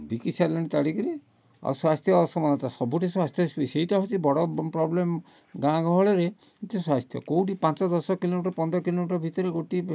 ବିକି ସାରିଲେଣି ତାଡ଼ିକିରି ଆଉ ସ୍ୱାସ୍ଥ୍ୟ ଅସମତା ସବୁଠି ସ୍ୱାସ୍ଥ୍ୟ ସି ସେଇଟା ହେଉଛି ବଡ଼ ପ୍ରୋବ୍ଲେମ୍ ଗାଁ ଗହଳିରେ ଯେ ସ୍ୱାସ୍ଥ୍ୟ କେଉଁଠି ପାଞ୍ଚ ଦଶ କିଲୋମିଟର୍ ପନ୍ଦର କିଲମିଟର୍ ଭିତରେ ଗୋଟିଏ